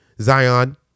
Zion